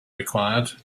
required